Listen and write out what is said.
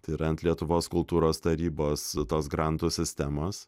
tai yra ant lietuvos kultūros tarybos tos grantų sistemos